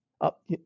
up